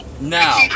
now